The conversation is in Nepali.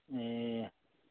ए